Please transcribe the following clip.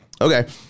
Okay